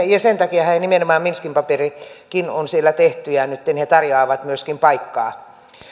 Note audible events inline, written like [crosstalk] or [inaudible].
[unintelligible] ja sen takiahan nimenomaan minskin paperikin on siellä tehty ja nytten he tarjoavat myöskin paikkaa